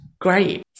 great